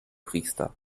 priester